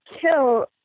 kill